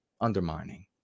undermining